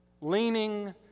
leaning